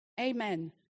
Amen